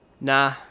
Nah